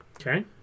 Okay